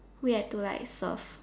we had to like serve